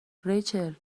ریچل